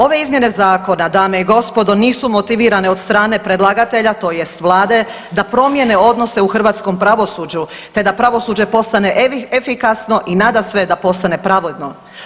Ove izmjene zakona dame i gospodo nisu motivirane od strane predlagatelja tj. vlade da promjene odnose u hrvatskom pravosuđu te da pravosuđe postane efikasno i nadasve da postane pravedno.